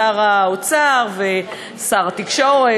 שר האוצר ושר התקשורת,